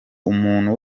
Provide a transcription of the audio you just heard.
umuntu